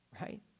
right